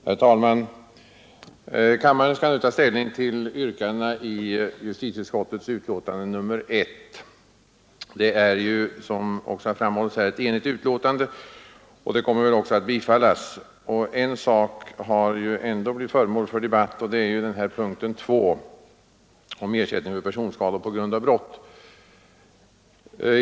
Herr talman! Kammaren skall nu ta ställning till yrkandena i justitieutskottets betänkande nr 1. Det är, som har framhållits här, ett enhälligt betänkande, och det kommer väl också att bifallas. En sak har ändå blivit föremål för viss debatt, och det är punkten 2 om ersättning för personskador på grund av brott.